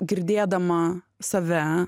girdėdama save